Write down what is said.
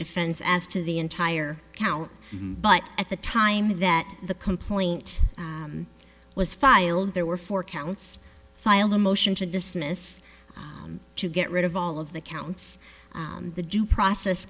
defense as to the entire count but at the time that the complaint was filed there were four counts filed a motion to dismiss to get rid of all of the counts the due process